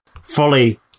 fully